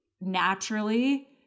naturally